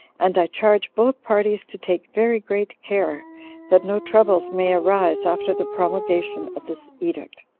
and i charge both parties to take very great care that no troubles may arise after the promulgation of this edict.